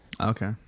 Okay